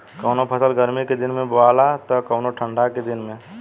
कवनो फसल गर्मी के दिन में बोआला त कवनो ठंडा के दिन में